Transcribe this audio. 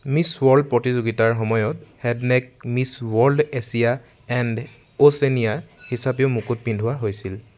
miss World প্ৰতিযোগিতাৰ সময়ত হেডেনক Miss World Asia and Oceania হিচাপেও মুকুট পিন্ধোৱা হৈছিল